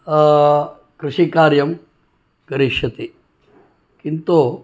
कृषिकार्यं करिष्यति किन्तु